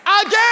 Again